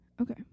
Okay